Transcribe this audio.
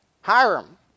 Hiram